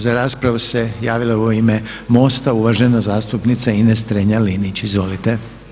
Za raspravu se javila u ime MOST-a uvažena zastupnica Ines Strenja-Linić, izvolite.